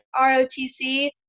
ROTC